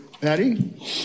Patty